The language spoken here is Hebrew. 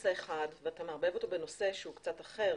נושא אחד ואתה מערבב אותו בנושא שהוא קצת אחר.